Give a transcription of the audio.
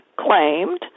claimed